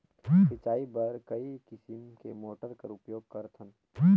सिंचाई बर कई किसम के मोटर कर उपयोग करथन?